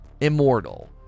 Immortal